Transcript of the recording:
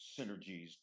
synergies